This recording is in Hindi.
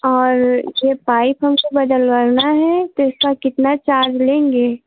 और ये पाइप हमको बदलवाना है तो इसका कितना चार्ज लेंगे